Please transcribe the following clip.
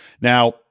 Now